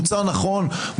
מוצר נכון,